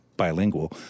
bilingual